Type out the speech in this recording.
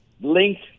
linked